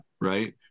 right